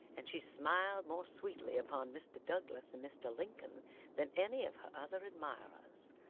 and she smiled more sweetly upon mr. douglas and mr. lincoln than any of her other admirers,